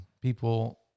people